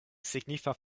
signifa